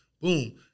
Boom